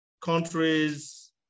countries